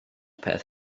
peth